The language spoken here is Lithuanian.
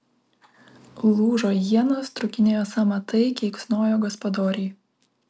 lūžo ienos trūkinėjo sąmatai keiksnojo gaspadoriai